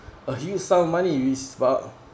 a huge sum of money which about